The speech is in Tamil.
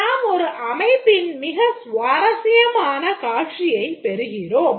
நாம் ஒரு அமைப்பின் மிக சுவாரசியமான காட்சியைப் பெறுகிறோம்